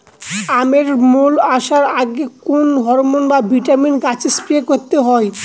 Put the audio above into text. আমের মোল আসার আগে কোন হরমন বা ভিটামিন গাছে স্প্রে করতে হয়?